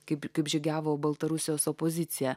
kaip kaip žygiavo baltarusijos opozicija